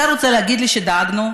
אתה רוצה להגיד לי שדאגנו,